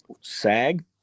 sag